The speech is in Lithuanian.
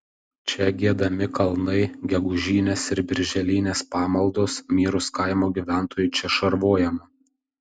čia giedami kalnai gegužinės ir birželinės pamaldos mirus kaimo gyventojui čia šarvojama